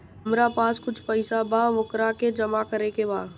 हमरा पास कुछ पईसा बा वोकरा के जमा करे के बा?